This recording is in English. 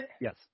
yes